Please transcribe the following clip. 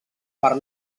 per